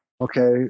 okay